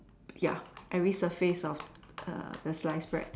ya every surface of err the slice bread